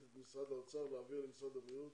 את משרד האוצר להעביר למשרד הבריאות